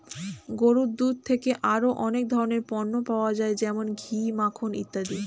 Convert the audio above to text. গরুর দুধ থেকে আরো অনেক ধরনের পণ্য পাওয়া যায় যেমন ঘি, মাখন ইত্যাদি